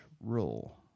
rule